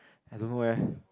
I don't know eh